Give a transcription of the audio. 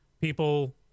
people